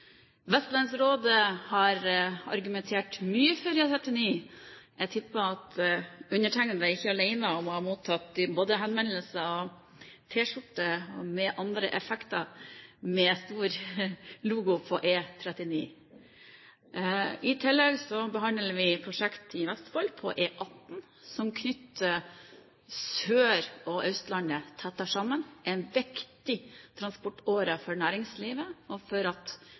Vestlandsrådet har argumentert mye for E39. Jeg tipper at jeg ikke er alene om å ha mottatt både henvendelser, T-skjorter og andre effekter med en stor logo på: E39. I tillegg behandler vi et prosjekt i Vestfold, på E18, som knytter Sørlandet og Østlandet tettere sammen. Det er en viktig transportåre for næringslivet, for at